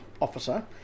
officer